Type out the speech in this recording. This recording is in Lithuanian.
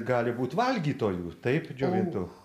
gali būt valgytojų taip džiovintų